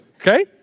Okay